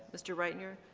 mr. reitinger,